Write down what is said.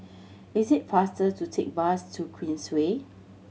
it is faster to take bus to Queensway